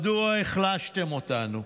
מדוע החלשתם אותנו?